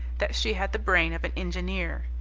that she had the brain of an engineer.